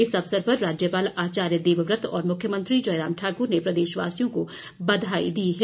इस अवसर पर राज्यपाल आचार्य देवव्रत और मुख्यमंत्री जयराम ठाकुर ने प्रदेशवासियों को बधाई दी है